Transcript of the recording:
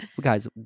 Guys